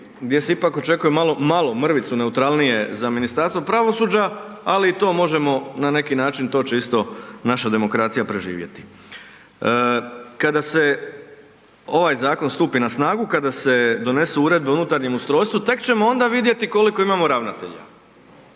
gdje se ipak očekuje malo mrvicu neutralnije za Ministarstvo pravosuđa, ali i to možemo na neki način, to će isto naša demokracija preživjeti. Kada se ovaj zakon stupi na snagu, kada se donesu uredbe o unutarnjem ustrojstvu, tek ćemo onda vidjeti koliko imamo ravnatelja,